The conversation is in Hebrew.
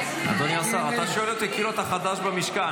אדוני השר, אתה שואל אותי כאילו אתה חדש במשכן.